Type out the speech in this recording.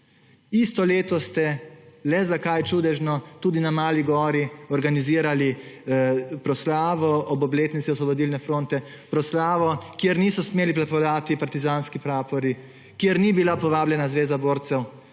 Isto leto ste – le zakaj – čudežno tudi na Mali gori organizirali proslavo ob obletnici Osvobodilne fronte, proslavo, kjer niso smeli plapolati partizanski prapori, kamor ni bila povabljena Zveza borcev;